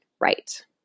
right